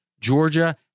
Georgia